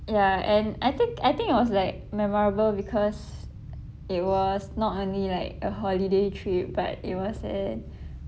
ya and I think I think it was like memorable because it was not only like a holiday trip but it was a